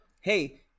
Hey